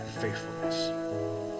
faithfulness